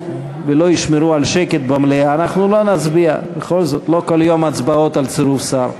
לא כל יום יש הצבעות על צירוף שר.